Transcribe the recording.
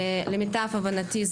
למיטב הבנתי,